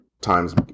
times